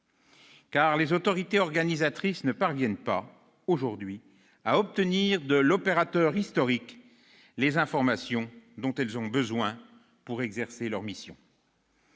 car les autorités organisatrices ne parviennent pas, aujourd'hui, à obtenir de l'opérateur historique les informations dont elles ont besoin pour exercer leurs missions.